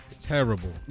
terrible